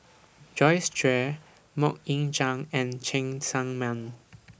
Joyce Jue Mok Ying Jang and Cheng Tsang Man